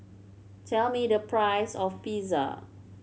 tell me the price of Pizza